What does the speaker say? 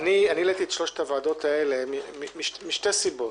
העליתי את שלוש הוועדות האלה משתי סיבות.